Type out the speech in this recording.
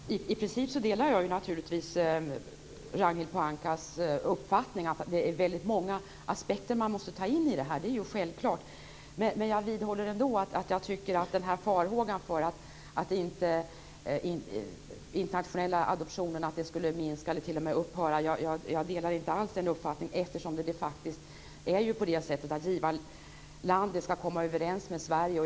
Fru talman! I princip delar jag naturligtvis Ragnhild Pohankas uppfattning att man här måste väga in väldigt många aspekter. Men jag delar inte farhågan för att de internationella adoptionerna skulle minska eller t.o.m. upphöra, eftersom givarlandet skall komma överens med Sverige.